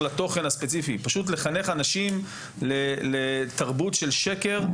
לחנך אנשים לתרבות של שקר,